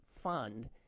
Fund